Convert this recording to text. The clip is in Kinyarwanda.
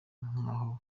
nkaho